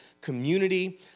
community